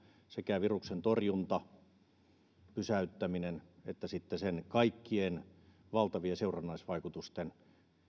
sekä viruksen torjunta pysäyttäminen että sitten sen kaikkien valtavien seurannaisvaikutusten